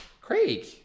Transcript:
craig